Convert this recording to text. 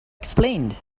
explained